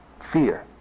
fear